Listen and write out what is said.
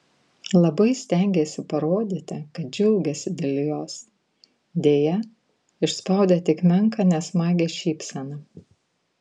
labai stengėsi parodyti kad džiaugiasi dėl jos deja išspaudė tik menką nesmagią šypseną